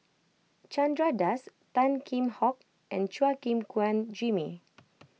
Chandra Das Tan Kheam Hock and Chua Gim Guan Jimmy